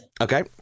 Okay